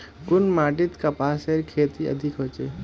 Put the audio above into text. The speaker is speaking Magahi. कुन माटित कपासेर खेती अधिक होचे?